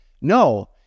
No